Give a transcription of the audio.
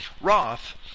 Roth